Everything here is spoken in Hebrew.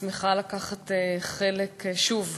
אני שמחה לקחת חלק, שוב,